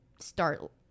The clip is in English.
start